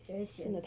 is very sian